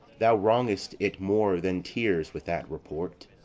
thou wrong'st it more than tears with that report.